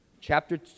chapter